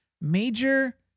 major